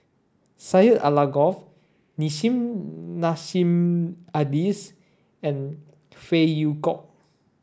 Syed Alsagoff Nissim Nassim Adis and Phey Yew Kok